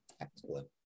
Excellent